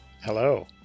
Hello